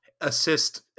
assist